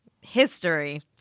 History